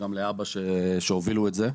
ולאבא על שהוביל את זה.